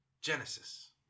Genesis